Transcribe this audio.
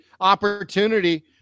Opportunity